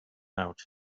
out